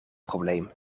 probleem